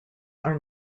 are